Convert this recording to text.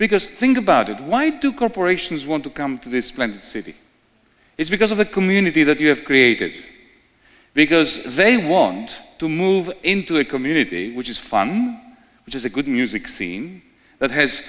because think about it why do corporations want to come to this city it's because of the community that you have created because they want to move into a community which is fun which is a good music scene that has